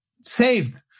saved